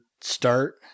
start